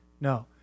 No